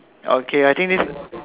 okay I think this